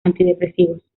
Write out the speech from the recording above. antidepresivos